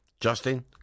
Justin